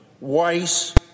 Weiss